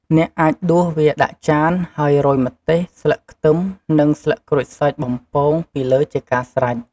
អ្នកអាចដួសវាដាក់ចាន ហើយរោយម្ទេស ស្លឹកខ្ទឹម និងស្លឹកក្រូចសើចបំពង ពីលើជាការស្រេច។